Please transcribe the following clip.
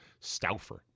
stouffer